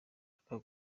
aka